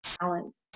balance